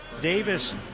Davis